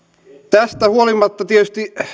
tästä huolimatta tietysti